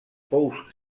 pous